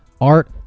Art